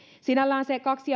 sinällään se kaksi